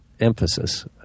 emphasis